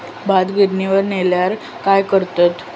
भात गिर्निवर नेल्यार काय करतत?